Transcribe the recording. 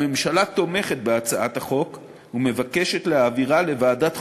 הממשלה תומכת בהצעת החוק ומבקשת להעבירה לוועדת החוקה,